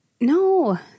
No